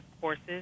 courses